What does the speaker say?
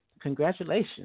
Congratulations